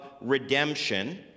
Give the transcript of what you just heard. redemption